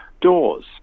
doors